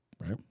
Right